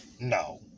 No